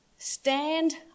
Stand